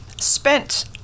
spent